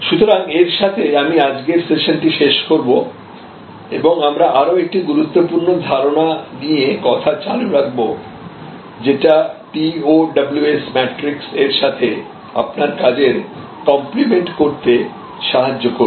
সুতরাং এর সাথে আমি আজকের সেশনটি শেষ করব এবং আমরা আরও একটি গুরুত্বপূর্ণ ধারণা নিয়ে কথা চালু রাখব যেটা TOWS ম্যাট্রিক্স এর সাথে আপনার কাজের কমপ্লিমেন্ট করতে সাহায্য করবে